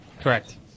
Correct